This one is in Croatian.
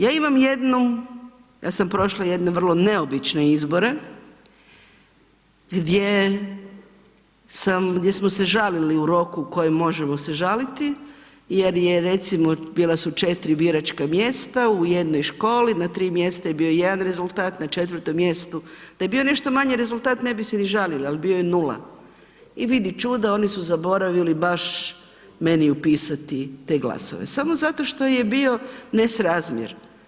Ja imam jednu, ja sam prošla jedne vrlo neobične izbore gdje sam, gdje smo se žalili u roku u kojem možemo se žaliti jer je recimo bila su 4 biračka mjesta u jednoj školi, na 3 mjesta je bio jedan rezultat, na 4.-tom mjestu da je bio nešto manji rezultat ne bi se ni žalili, al bio je nula i vidi čuda oni su zaboravili baš meni upisati te glasove, samo zato što je bio nesrazmjer.